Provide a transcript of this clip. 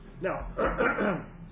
Now